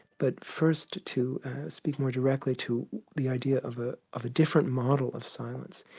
but first, to speak more directly to the idea of ah of a different model of silence,